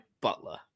butler